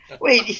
wait